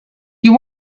you